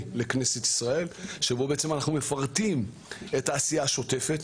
לכנסת ישראל שבו אנחנו מפרטים את העשייה השוטפת,